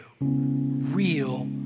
real